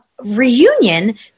reunion